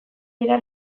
dira